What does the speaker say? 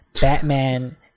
Batman